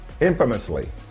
infamously